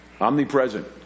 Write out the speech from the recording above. omnipresent